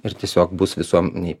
ir tiesiog bus visuomenei